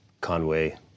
Conway